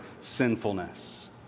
sinfulness